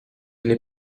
n’est